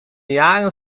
jaren